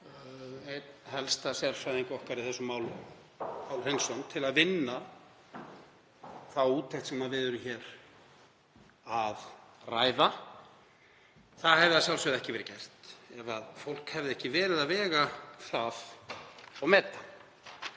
einn helsta sérfræðing okkar í þessum málum, Pál Hreinsson, til að vinna þá úttekt sem við ræðum hér. Það hefði að sjálfsögðu ekki verið gert ef fólk hefði ekki verið að vega það og meta.